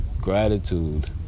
Gratitude